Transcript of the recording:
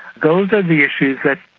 those are the issues that,